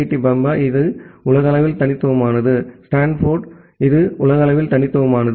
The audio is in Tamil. டி பம்பாய் இது உலகளவில் தனித்துவமானது ஸ்டான்போர்ட் இது உலகளவில் தனித்துவமானது